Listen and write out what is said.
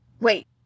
Wait